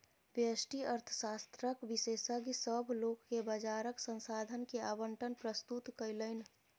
व्यष्टि अर्थशास्त्रक विशेषज्ञ, सभ लोक के बजारक संसाधन के आवंटन प्रस्तुत कयलैन